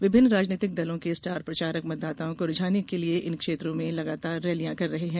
विभिन्न राजनीतिक दलों के स्टार प्रचारक मतदाताओं को रिझाने के लिये इन क्षेत्रों में लगातार रैलियां कर रहे हैं